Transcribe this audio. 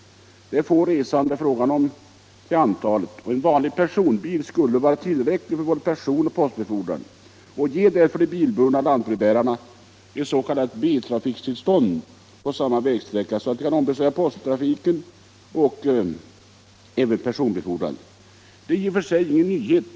Det är till antalet få resande det är fråga om. En vanlig personbil skulle vara tillräcklig för både personoch postbefordran. Ge därför de bilburna lantbrevbärarna ett s.k. biltrafiktillstånd på vägsträckan, så att de kan ombesörja posttrafiken och även personbefordran. Detta är i och för sig ingen nyhet.